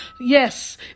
Yes